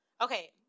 Okay